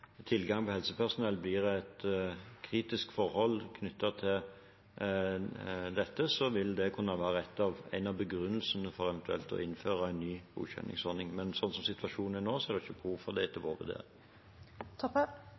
tilgang på helsepersonell blir et kritisk forhold knyttet til dette, vil det kunne være en av begrunnelsene for eventuelt å innføre en ny godkjenningsordning, men slik situasjonen er nå, er det etter vår vurdering ikke behov for det.